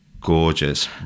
gorgeous